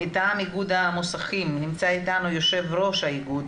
מטעם איגוד המוסכים נמצא איתנו יושב ראש האיגוד,